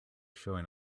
showing